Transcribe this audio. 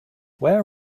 where